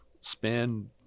spend